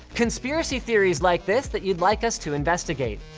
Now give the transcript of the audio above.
conspiracy theories like this that you'd like us to investigate.